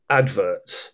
adverts